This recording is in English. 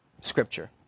scripture